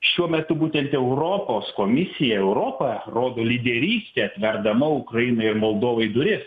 šiuo metu būtent europos komisija europa rodo lyderystę atverdama ukrainai ir moldovai duris